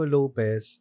Lopez